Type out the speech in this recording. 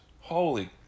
Holy